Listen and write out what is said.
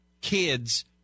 kids